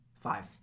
five